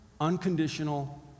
unconditional